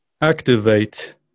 Activate